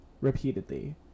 repeatedly